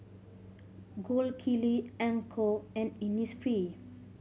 Gold Kili Anchor and Innisfree